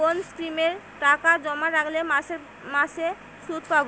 কোন স্কিমে টাকা জমা রাখলে মাসে মাসে সুদ পাব?